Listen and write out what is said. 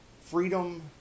freedom